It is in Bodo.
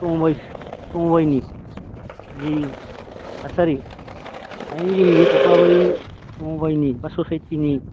समबाय समबायनि जि थासारि फालांगिनि बे कख्लाबारि समबायनि बा ससाइटिनि